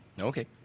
Okay